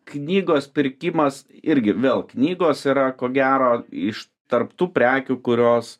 knygos pirkimas irgi vėl knygos yra ko gero iš tarp tų prekių kurios